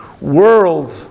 world